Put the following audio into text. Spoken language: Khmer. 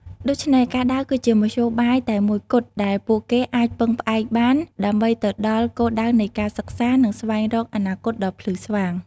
ដូច្នេះ ការដើរគឺជាមធ្យោបាយតែមួយគត់ដែលពួកគេអាចពឹងផ្អែកបានដើម្បីទៅដល់គោលដៅនៃការសិក្សា និងស្វែងរកអនាគតដ៏ភ្លឺស្វាង។